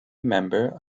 member